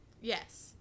yes